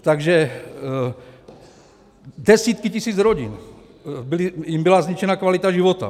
Takže desítkám tisíc rodin byla zničena kvalita života.